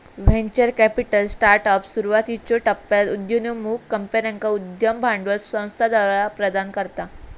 venture capital startups, सुरुवातीच्यो टप्प्यात उदयोन्मुख कंपन्यांका उद्यम भांडवल संस्थाद्वारा प्रदान करता